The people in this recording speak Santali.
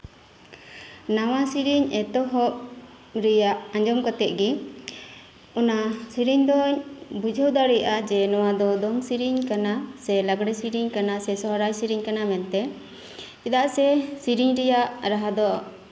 ᱱᱟᱣᱟ ᱥᱮᱨᱮᱧ ᱮᱛᱦᱚᱵ ᱨᱮᱭᱟᱜ ᱟᱸᱡᱚᱢ ᱠᱟᱛᱮᱜ ᱜᱮ ᱚᱱᱟ ᱥᱮᱨᱮᱧ ᱫᱚ ᱵᱩᱡᱷᱟᱹᱣ ᱫᱟᱲᱮᱭᱟᱜᱼᱟ ᱡᱮ ᱱᱚᱣᱟ ᱫᱚ ᱫᱚᱝ ᱥᱮᱨᱮᱧ ᱠᱟᱱᱟ ᱥᱮ ᱞᱟᱜᱽᱲᱮ ᱥᱮᱨᱮᱨᱧ ᱠᱟᱱᱟ ᱥᱮ ᱥᱚᱨᱦᱟᱭ ᱥᱮᱨᱮᱧ ᱠᱟᱱᱟ ᱢᱮᱱᱛᱮ ᱪᱮᱫᱟᱜ ᱥᱮ ᱥᱮᱨᱮᱧ ᱨᱮᱭᱟᱜ ᱨᱟᱦᱟ ᱫᱚ